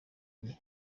gihe